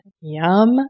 Yum